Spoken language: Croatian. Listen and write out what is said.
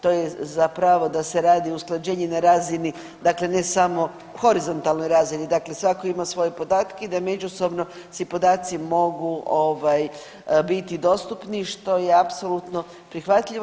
To je zapravo da se radi usklađenje na razini ne samo horizontalnoj razini, dakle svatko ima svoje podatke i da međusobno ti podaci mogu biti dostupni što je apsolutno prihvatljivo.